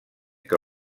que